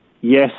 yes